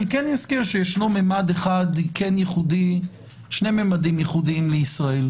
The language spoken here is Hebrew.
אני כן אזכיר שישנו ממד אחד ייחודי או שניים ייחודיים לישראל: